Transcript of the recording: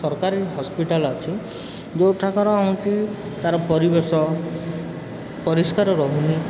ସରକାରୀ ହସ୍ପିଟାଲ୍ ଅଛି ଯେଉଁଠାକାର ହେଉଛି ତା'ର ପରିବେଶ ପରିଷ୍କାର ରହୁନି